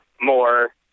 more